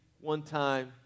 one-time